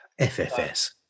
FFS